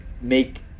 make